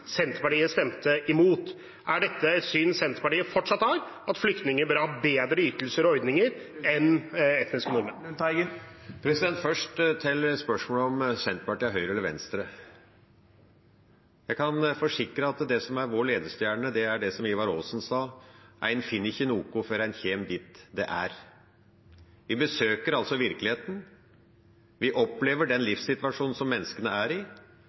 Senterpartiet stemte imot. Er dette et syn Senterpartiet fortsatt har, at flyktninger bør ha bedre ytelser og ordninger enn etniske nordmenn? Først til spørsmålet om Senterpartiet er høyre eller venstre: Jeg kan forsikre at det som er vår ledestjerne, er det som Ivar Aasen sa: Ein finn ikkje noko før ein kjem dit det er. Vi besøker altså virkeligheten. Vi opplever den livssituasjonen som menneskene er i,